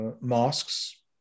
mosques